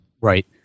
Right